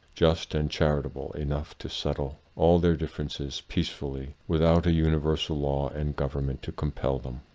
just, and charitable enough to settle all their differences peacefully with out a universal law and government to compel them.